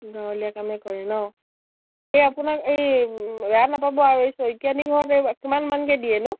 গাঁৱলীয়া কামে কৰে ন এই আপোনাক এই বেয়া নাপাব আৰু এই শইকীয়ানীৰ ঘৰত কিমান মানকে দিয়েনো